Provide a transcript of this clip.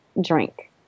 drink